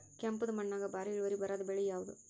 ಕೆಂಪುದ ಮಣ್ಣಾಗ ಭಾರಿ ಇಳುವರಿ ಬರಾದ ಬೆಳಿ ಯಾವುದು?